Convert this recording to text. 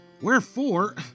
Wherefore